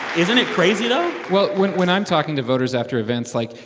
isn't it crazy though? well, when when i'm talking to voters after events, like,